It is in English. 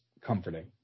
Comforting